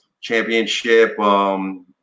championship